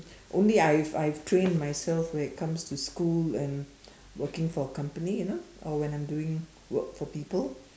only I've I've trained myself when it comes to school and working for company you know or when I'm doing work for people